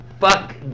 fuck